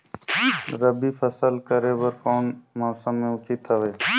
रबी फसल करे बर कोन मौसम उचित हवे?